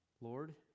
Lord